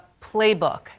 playbook